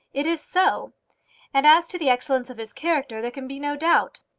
it is so and as to the excellence of his character there can be no doubt.